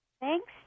Thanks